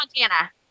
Montana